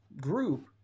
group